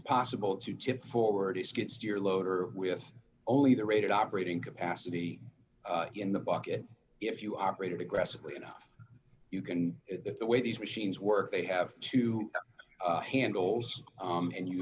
possible to tip forwards gets your loader with only the rated operating capacity in the bucket if you operated aggressively enough you can the way these machines work they have two handles and you